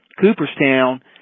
Cooperstown